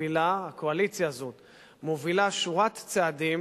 הקואליציה הזאת מובילה שורת צעדים,